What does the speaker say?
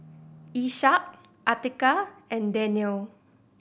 Ishak Atiqah and Daniel